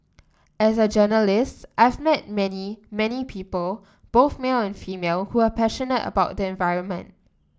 as a journalist I've met many many people both male and female who are passionate about the environment